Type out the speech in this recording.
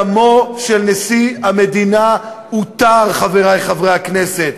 דמו של נשיא המדינה הותר, חברי חברי הכנסת.